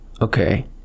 Okay